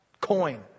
coin